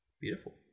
Beautiful